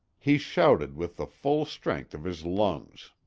he shouted with the full strength of his lungs!